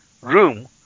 room